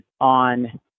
on